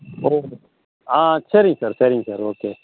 ஓ ஆ சரிங் சார் சரிங் சார் ஓகே